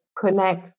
connect